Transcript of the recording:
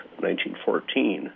1914